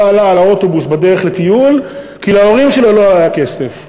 עלה על האוטובוס בדרך לטיול כי להורים שלו לא היה כסף.